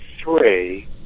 three